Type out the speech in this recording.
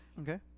Okay